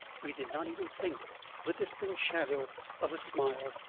we did not even think the distant shadow of a smile.